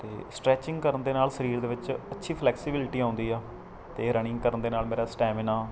ਅਤੇ ਸਟ੍ਰੈਚਿੰਗ ਕਰਨ ਦੇ ਨਾਲ ਸਰੀਰ ਦੇ ਵਿੱਚ ਅੱਛੀ ਫਲੈਕਸਿਬਿਲਟੀ ਆਉਂਦੀ ਆ ਅਤੇ ਰਨਿੰਗ ਕਰਨ ਦੇ ਨਾਲ ਮੇਰਾ ਸਟੈਮਿਨਾ